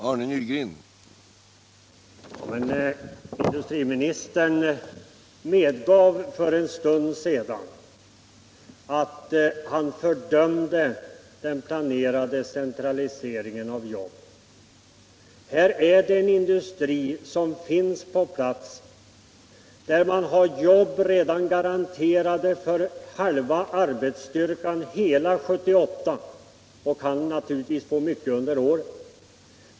Herr talman! Industriministern medgav för en stund sedan att han fördömde den planerade centraliseringen av jobb. Här är det fråga om en industri som finns på platsen. Man har jobb garanterade för halva arbetsstyrkan hela 1978 och kan naturligtvis få mycket under året.